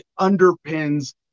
underpins